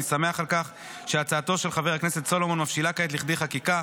שמח על כך שהצעתו של חבר הכנסת סולומון מבשילה כעת לכדי חקיקה.